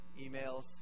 emails